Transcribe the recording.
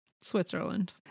Switzerland